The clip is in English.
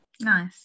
nice